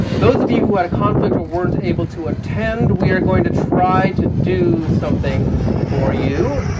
those of you who had a conflict or weren't able to attend, we are going to try to do something for you.